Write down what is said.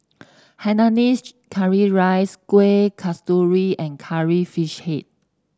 Hainanese Curry Rice Kuih Kasturi and Curry Fish Head